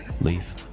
Leave